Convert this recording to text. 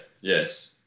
yes